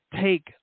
take